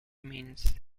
means